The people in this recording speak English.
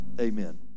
Amen